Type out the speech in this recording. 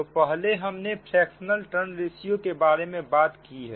तो पहले हमने फ्रेक्शनल टर्न रेशियो के बारे में बात की है